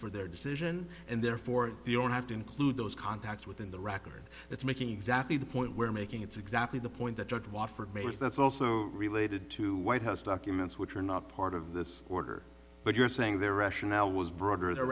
for their decision and therefore the own have to include those contacts within the record that's making exactly the point where making its exactly the point that judge wofford made is that's also related to white house documents which are not part of this order but you're saying their rationale was broader the